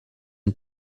ist